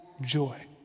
joy